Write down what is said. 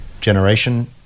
generation